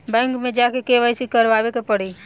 Bank मे जा के के.वाइ.सी करबाबे के पड़ी?